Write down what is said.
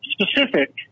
specific